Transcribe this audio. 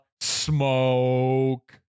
smoke